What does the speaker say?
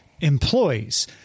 employees